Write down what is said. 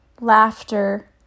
laughter